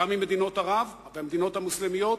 אך גם עם מדינות ערב והמדינות המוסלמיות,